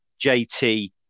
JT